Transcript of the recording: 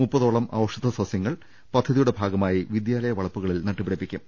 മുപ്പതോളം ഔഷധ സസ്യങ്ങൾ പദ്ധതിയുടെ ഭാഗമായി വിദ്യാലയ വളപ്പുകളിൽ നട്ടുപിടിപ്പിക്കും